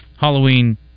Halloween